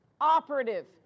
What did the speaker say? operative